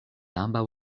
ambaŭ